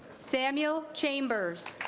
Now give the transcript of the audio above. samuel chambers